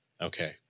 Okay